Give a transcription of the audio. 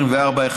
24(1)